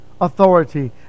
authority